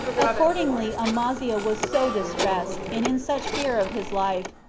accordingly amaziah was so distressed, and in such fear of his life,